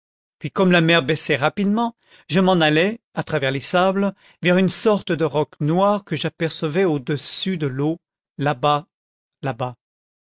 puis comme la mer baissait rapidement je m'en allai à travers les sables vers une sorte de roc noir que j'apercevais au-dessus de l'eau là-bas là-bas